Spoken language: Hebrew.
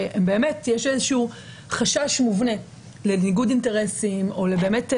שבאמת יש איזשהו חשש מובנה לניגוד אינטרסים או לפער בעמדות,